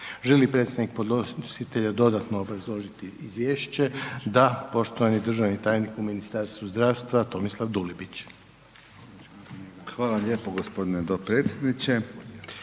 li predstavnik podnositelja dodatno obrazložiti izvješće? Da, poštovani državni tajnik u Ministarstvu zdravstva Tomislav Dulibić. **Dulibić, Tomislav (HDZ)** Hvala lijepo gospodine dopredsjedniče.